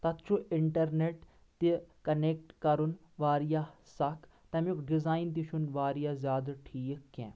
تتھ چھُ انٹرنیٚٹ تہِ کَنیکٹ کرُن واریاہ سخط تِمیُک ڈیزاین تہِ چھُنہٕ واریاہ زیادٕ ٹھیک کیٛنٚہہ